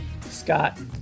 Scott